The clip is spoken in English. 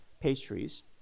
pastries